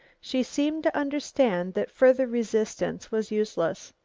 she seemed to understand that further resistance was useless.